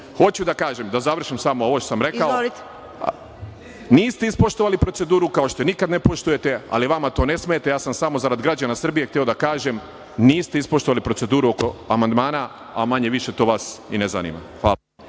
Hoću da završim samo ovo što sam počeo. Niste ispoštovali proceduru, kao što je nikada ne poštujete, ali vama to ne smeta. Ja sam samo zarad građana Srbije hteo da kažem niste ispoštovali proceduru oko amandmana, a manje-više to vas i ne zanima. Hvala.